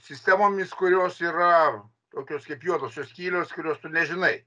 sistemomis kurios yra tokios kaip juodosios skylės kurios tu nežinai